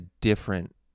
different